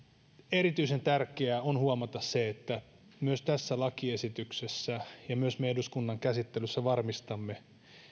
erityisen tärkeää on huomata se että myös tässä lakiesityksessä varmistetaan ja myös me eduskunnan käsittelyssä varmistamme